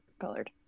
colored